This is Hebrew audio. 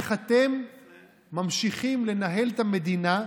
לא ייאמן איך אתם ממשיכים לנהל את המדינה,